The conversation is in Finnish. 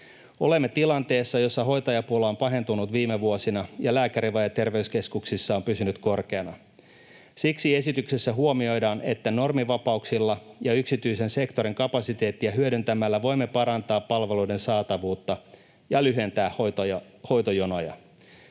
Olemme tilanteessa, jossa hoitajapula on pahentunut viime vuosina ja lääkärivaje terveyskeskuksissa on pysynyt korkeana. Siksi esityksessä huomioidaan, että normivapauksilla ja yksityisen sektorin kapasiteettia hyödyntämällä voimme parantaa palveluiden saatavuutta ja lyhentää hoitojonoja.